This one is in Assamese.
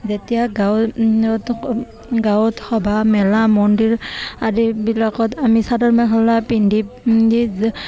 যেতিয়া গাঁৱত গাঁৱত সভা মেলা মন্দিৰ আদিবিলাকত আমি চাদৰ মেখেলা পিন্ধি পিন্ধি যাওঁ